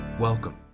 Welcome